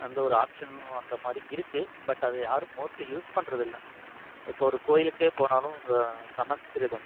அந்த ஒரு ஆப்ஷனும் அந்த மாதிரி இருக்குது பட் அது யாரும் மோஸ்ட்லீ யூஸ் பண்ணுறதில்ல இப்போ ஒரு கோயிலுக்கே போனாலும் இந்த சமஸ்கிருதம்